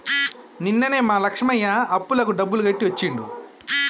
నిన్ననే మా లక్ష్మయ్య అప్పులకు డబ్బులు కట్టి వచ్చిండు